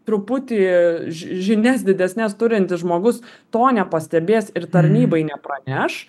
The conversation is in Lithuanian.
truputį ži žinias didesnes turintis žmogus to nepastebės ir tarnybai nepraneš